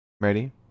Ready